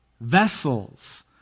vessels